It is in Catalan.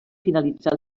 finalitzar